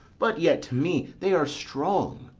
but yet to me they are strong.